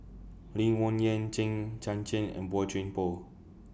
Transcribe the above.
Lee Wung Yew Hang Chang Chieh and Boey Chuan Poh